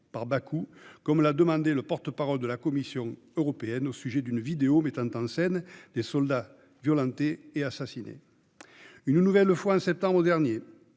par Bakou, comme l'a demandé le porte-parole de la Commission européenne au sujet d'une vidéo mettant en scène des soldats violentés et assassinés. En septembre dernier,